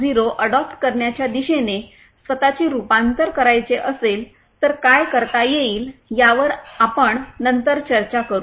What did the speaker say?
0 adopt करण्याच्या दिशेने स्वत चे रूपांतर करायचे असेल तर काय करता येईल यावर आपण नंतर चर्चा करू